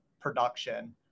production